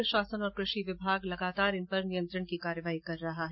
प्रशासन और कृषि विभाग लगातार इन पर नियंत्रण की कार्रवाई कर रहा है